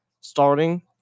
starting